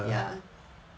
ya